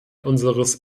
unseres